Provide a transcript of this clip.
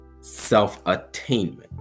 self-attainment